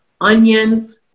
onions